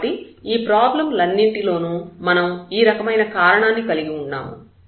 కాబట్టి ఈ ప్రాబ్లం లన్నింటిలోనూ మనం ఈ రకమైన కారణాన్ని కలిగి ఉన్నాము